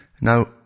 now